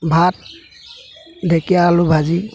ভাত ঢেকীয়া আলু ভাজি